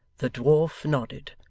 the dwarf nodded.